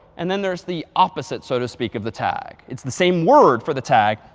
and then there is the opposite so to speak, of the tag. it's the same word for the tag,